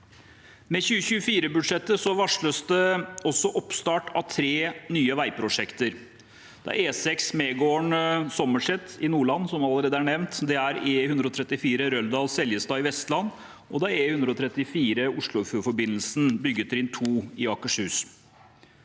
Med 2024-budsjettet varsles det også oppstart av tre nye veiprosjekter: E6 Megården–Sommerset i Nordland, som allerede er nevnt, E134 Røldal–Seljestad i Vestland og E134 Oslofjordforbindelsen byggetrinn 2 i Akershus.